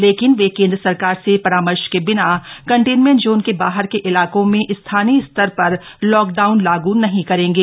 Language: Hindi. लेकिन वे केन्द्रसरकार से परामर्श के बिना कन्टेंमेंट जोन के बाहर के इलाकों में स्थानीय स्तर पर लॉकडाउन लागू नहीं करेंगे